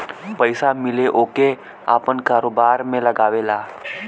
पइसा मिले ओके आपन कारोबार में लगावेला